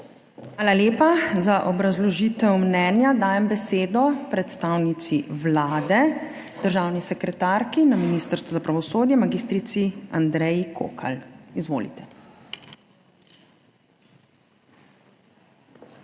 Hvala lepa. Za obrazložitev mnenja dajem besedo predstavnici Vlade, državni sekretarki na Ministrstvu za pravosodje, magistrici Andreji Kokalj. Izvolite. **MAG.